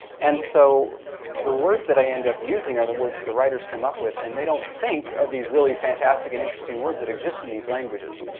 and so the words that i end up using are the words that the writers come up with and they don't think of these really fantastic and interesting words that exist in these languages.